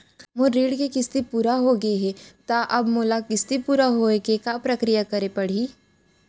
मोर ऋण के किस्ती पूरा होगे हे ता अब मोला किस्ती पूरा होए के का प्रक्रिया करे पड़ही?